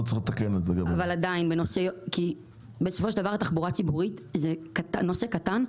לא צריך לתקן --- בסופו של דבר התחבורה הציבורית זה נושא קטן,